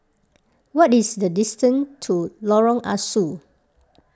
what is the distance to Lorong Ah Soo